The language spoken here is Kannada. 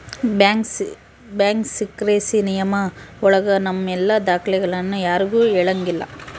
ಬ್ಯಾಂಕ್ ಸೀಕ್ರೆಸಿ ನಿಯಮ ಒಳಗ ನಮ್ ಎಲ್ಲ ದಾಖ್ಲೆನ ಯಾರ್ಗೂ ಹೇಳಂಗಿಲ್ಲ